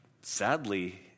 Sadly